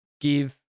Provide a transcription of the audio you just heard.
give